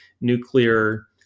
nuclear